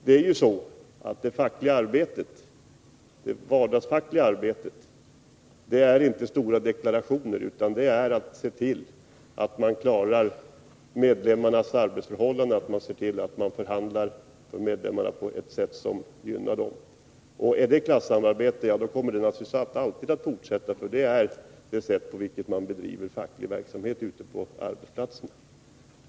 Det är ju så att det vardagsfackliga arbetet inte består i att avge deklarationer utan i att se till att klara medlemmarnas arbetsförhållanden och förhandla för medlemmarna på ett sätt som gynnar dem. Om det är klassamarbete, kommer det alltid att fortsätta, för det är på det sättet man bedriver facklig verksamhet ute på arbetsplatserna.